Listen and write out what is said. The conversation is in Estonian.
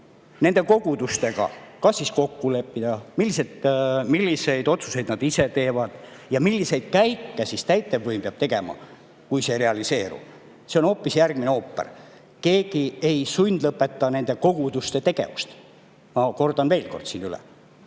nende kogudustega kokku leppida, milliseid otsuseid nad ise teevad ja milliseid käike peab täitevvõim tegema, kui see [avaldus] realiseerub, on hoopis järgmine ooper. Keegi ei sundlõpeta nende koguduste tegevust, ma kordan veel kord, lihtsalt